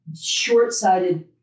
short-sighted